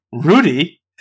Rudy